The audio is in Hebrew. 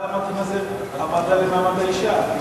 הוועדה המתאימה לזה היא הוועדה למעמד האשה.